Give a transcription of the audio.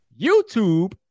YouTube